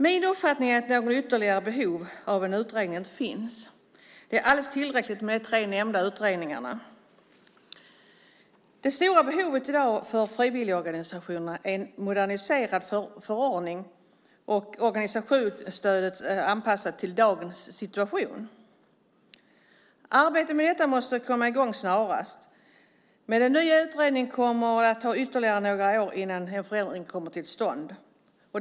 Min uppfattning är att några ytterligare behov av en utredning inte finns. Det är alldeles tillräckligt med de tre nämnda utredningarna. Det stora behovet i dag för frivilligorganisationerna är en moderniserad förordning och ett moderniserat organisationsstöd anpassade till dagens situation. Arbetet med detta måste komma i gång snarast. Med en ny utredning kommer det att ta ytterligare några år innan en förändring kommer till stånd.